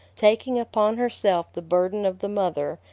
taking upon herself the burden of the mother,